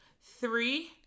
three